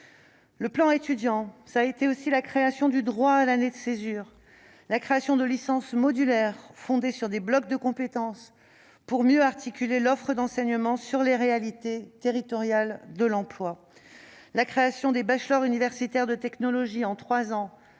Le plan Étudiants a aussi permis la création du droit à l'année de césure, la création de licences modulaires fondées sur des blocs de compétences pour mieux articuler l'offre d'enseignement aux réalités territoriales de l'emploi, ou encore la création des bachelors universitaires de technologies en trois ans